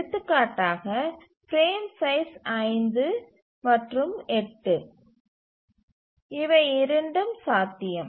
எடுத்துக்காட்டாக frame size 5 மற்றும் 8 இவை இரண்டும் சாத்தியம்